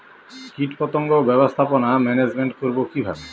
কীটপতঙ্গ ব্যবস্থাপনা ম্যানেজমেন্ট করব কিভাবে?